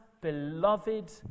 beloved